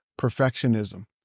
perfectionism